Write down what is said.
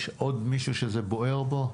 יש עוד מישהו שזה בוער בו?